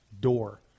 door